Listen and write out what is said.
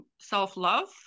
Self-love